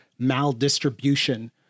maldistribution